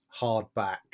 hardback